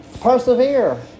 Persevere